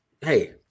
Hey